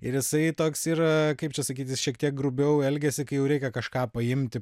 ir jisai toks yra kaip čia sakyt jis šiek tiek grubiau elgiasi kai jau reikia kažką paimti